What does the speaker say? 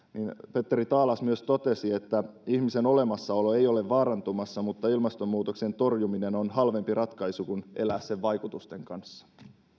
petteri taalas myös totesi että ihmisen olemassaolo ei ole vaarantumassa mutta ilmastonmuutoksen torjuminen on halvempi ratkaisu kuin elää sen vaikutusten kanssa täällä